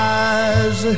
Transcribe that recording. eyes